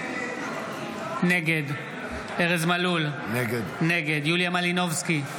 נגד יוליה מלינובסקי,